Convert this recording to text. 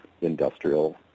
industrial